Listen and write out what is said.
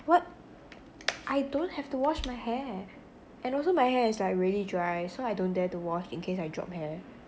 what I don't have to wash my hair and also my hair is like really dry so I don't dare to wash in case I drop hair